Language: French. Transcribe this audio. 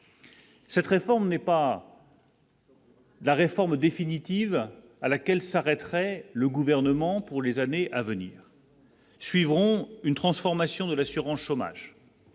Cette réforme n'est pas. La réforme définitive, à laquelle s'arrêterait le gouvernement pour les années à venir. Suivront une transformation de l'assurance chômage.